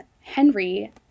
Henry